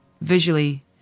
visually